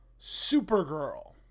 Supergirl